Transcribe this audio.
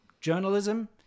journalism